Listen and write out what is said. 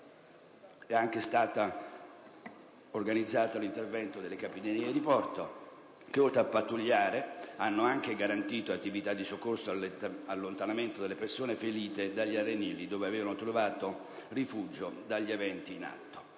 È anche stato organizzato l'intervento delle Capitanerie di porto che, oltre a pattugliare, hanno anche garantito attività di soccorso e di allontanamento delle persone ferite dagli arenili, dove avevano trovato rifugio dagli eventi in atto.